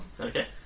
Okay